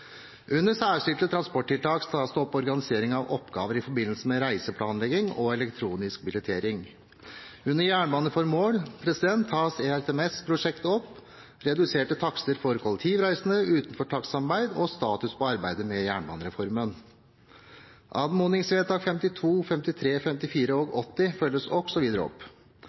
Under særskilte transporttiltak tas det opp organisering av oppgaver i forbindelse med reiseplanlegging og elektronisk billettering. Under jernbaneformål tas ERTMS-prosjektet opp, reduserte takster for kollektivreisende utenfor takstsamarbeid og status på arbeidet med jernbanereformen. Anmodningsvedtak 52, 53, 54 og 80 følges også videre opp.